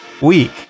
week